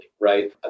right